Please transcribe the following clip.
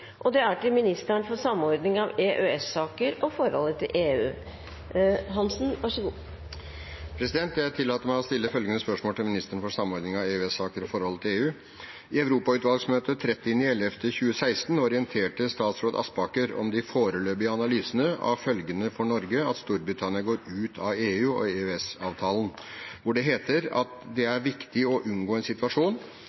stille følgende spørsmål til ministeren for samordning av EØS-saker og forholdet til EU: «I Europautvalgsmøtet den 30. november 2016 orienterte statsråd Aspaker om de foreløpige analysene av følgene for Norge av at Storbritannia går ut av EU og EØS-avtalene, hvor det heter at det